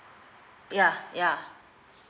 yeah yeah